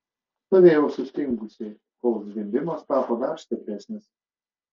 stovėjau sustingusi kol zvimbimas tapo dar stipresnis